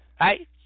right